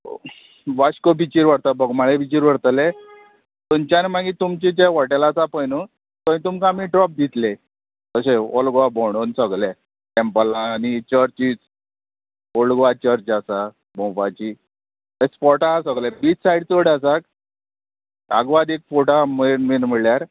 वास्को बिचीर व्हरता बोगमाळे बिचीर व्हरतले थंयच्यान मागीर तुमचे जे हॉटेला आसा पळय न्हू थंय तुमकां आमी ड्रॉप दितले अशे हॉल गोवा भोंवडोन सोगले टॅम्पलां आनी चर्चीज ओल्ड गोवा चर्च आसा भोंवपाची थंय स्पोट आहा सगले बीच सायड चड आसा आगवाद एक फोट आहा मेन मेन म्हणल्यार